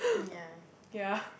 yeah